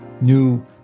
new